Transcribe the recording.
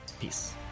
Peace